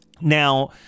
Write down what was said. Now